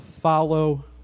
follow